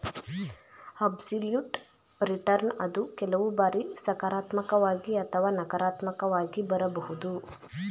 absolute return ಅದು ಕೆಲವು ಬಾರಿ ಸಕಾರಾತ್ಮಕವಾಗಿ ಅಥವಾ ನಕಾರಾತ್ಮಕವಾಗಿ ಬರಬಹುದು